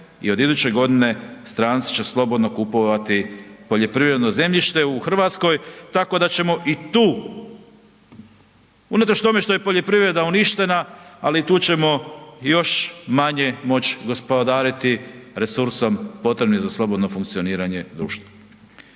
i od iduće godine stranci će slobodno kupovati poljoprivredno zemljište u RH, tako da ćemo i tu unatoč tome što je poljoprivreda uništena, ali tu ćemo još manje moć gospodariti resursom potrebnim za slobodno funkcioniranje društva.